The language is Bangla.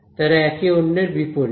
তারা একে অন্যের বিপরীত